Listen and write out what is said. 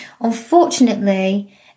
Unfortunately